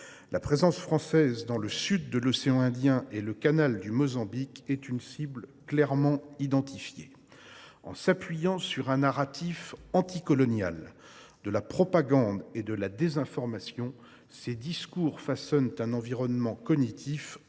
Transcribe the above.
La présence française dans le sud de l’océan Indien et le canal du Mozambique est ainsi une cible clairement identifiée. En s’appuyant sur un narratif anticolonial, sur de la propagande et de la désinformation, ces discours façonnent un environnement cognitif